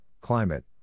climate